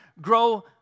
grow